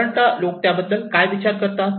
साधारण लोक त्याबद्दल काय विचार करतात